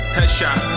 Headshot